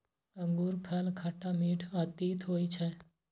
अंगूरफल खट्टा, मीठ आ तीत होइ छै